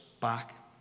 back